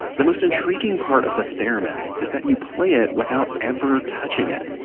the most intriguing part of the theremin is that you play it without ever touching it.